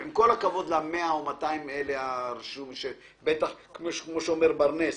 עם כל הכבוד ל-100 או ה-200, כמו שאומר ברנס,